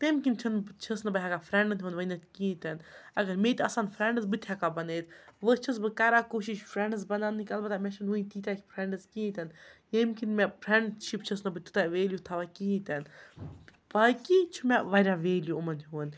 تمہِ کِنۍ چھَنہٕ چھَس نہٕ بہٕ ہیٚکان فرٛٮ۪نٛڈَن ہُنٛد ؤنِتھ کِہیٖنۍ تہِ نہٕ اگر مےٚ تہِ آسَن فرٛٮ۪نٛڈٕز بہٕ تہِ ہیٚکہٕ ہا بَنٲیتھ وۄنۍ چھَس بہٕ کَران کوٗشِش فرٛٮ۪نٛڈٕز بَناونٕکۍ البتہ مےٚ چھِنہٕ وٕنہِ تیٖتیٛاہ فرٛٮ۪نٛڈٕز کِہیٖنۍ تہِ نہٕ یٔمۍ کِنۍ مےٚ فرٛٮ۪نٛڈشِپ چھَس نہٕ بہٕ تیوٗتاہ ویلیوٗ تھَوان کِہیٖنۍ تہِ نہٕ باقٕے چھُ مےٚ واریاہ ویلیوٗ یِمَن ہُنٛد